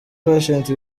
patient